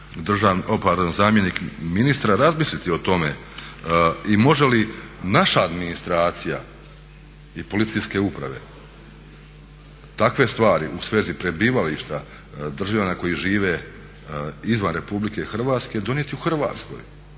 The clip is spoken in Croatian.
gospodin, pardon zamjenik ministra razmisliti o tome i može li naša administracija i policijske uprave takve stvari u svezi prebivališta državljana koji žive izvan RH donijeti u Hrvatskoj.